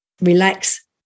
relax